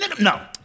no